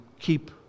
keep